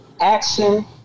action